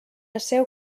asseu